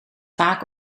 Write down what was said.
vaak